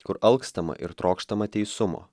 kur alkstama ir trokštama teisumo